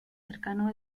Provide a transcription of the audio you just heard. cercano